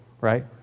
right